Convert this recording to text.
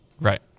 Right